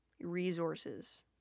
resources